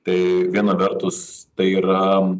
tai viena vertus tai yra